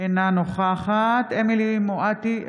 אינה נוכחת אמילי חיה מואטי,